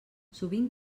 sovint